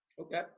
Okay